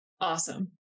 awesome